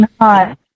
Hi